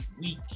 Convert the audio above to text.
week